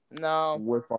No